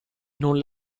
non